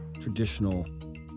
traditional